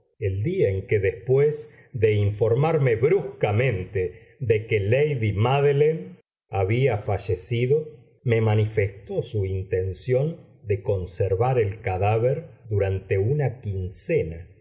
el día en que después de informarme bruscamente de que lady mádeline había fallecido me manifestó su intención de conservar el cadáver durante una quincena